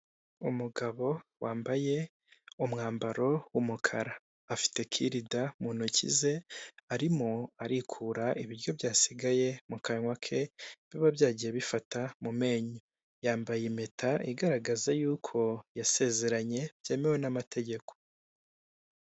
Umugabo wambaye umwambaro w'umukara, afite kilida mu ntoki ze, arimo arikura ibiryo byasigaye mu kanwa ke biba byagiye bifata mu menyo, yambaye impeta igaragaza y'uko yasezeranye byemewe n'amategeko.